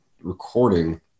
recording